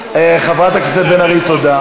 חברת הכנסת בן ארי, תודה.